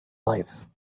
life